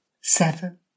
seven